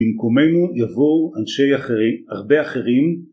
במקומנו יבואו אנשי אחרים, הרבה אחרים